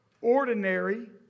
ordinary